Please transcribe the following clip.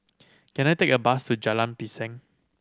can I take a bus to Jalan Pisang